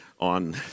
on